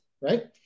right